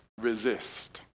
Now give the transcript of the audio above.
resist